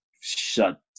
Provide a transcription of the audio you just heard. shut